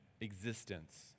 existence